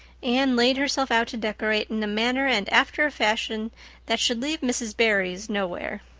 anne laid herself out to decorate in a manner and after a fashion that should leave mrs. barry's nowhere.